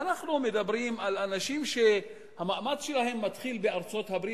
ואנחנו מדברים על אנשים שהמעמד שלהם מתחיל בארצות-הברית,